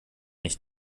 ich